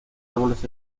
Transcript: árboles